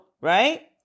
right